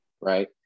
right